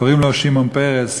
קוראים לו שמעון פרס,